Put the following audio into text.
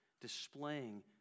displaying